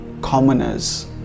commoners